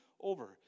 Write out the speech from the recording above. over